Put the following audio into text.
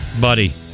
buddy